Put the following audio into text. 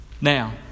Now